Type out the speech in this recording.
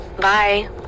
Bye